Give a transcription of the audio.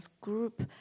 group